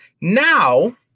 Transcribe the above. Now